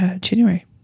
January